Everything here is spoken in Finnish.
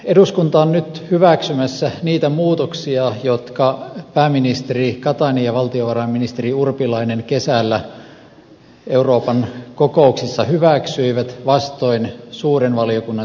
eduskunta on nyt hyväksymässä niitä muutoksia jotka pääministeri katainen ja valtiovarainministeri urpilainen kesällä euroopan kokouksissa hyväksyivät vastoin suuren valiokunnan silloista kantaa